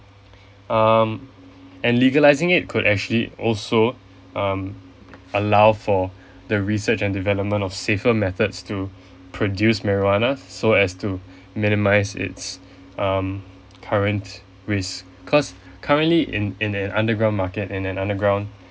um and legalising it could actually also um allow for the research and development or safer methods to produce marijuana so as to minimise it's um current risk cause currently in in an underground market in an underground